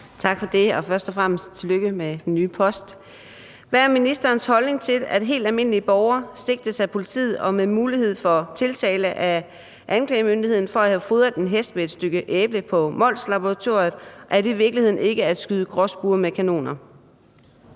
Tak for det, og først og fremmest tillykke med den nye post. Hvad er ministerens holdning til, at helt almindelige borgere sigtes af politiet og med mulighed for tiltale af anklagemyndigheden for at have fodret en hest med et stykke æble på Molslaboratoriet, og er det i virkeligheden ikke at skyde gråspurve med kanoner?